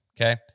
okay